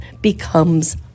becomes